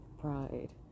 pride